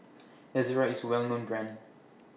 Ezerra IS Well known Brand